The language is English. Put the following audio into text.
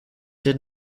did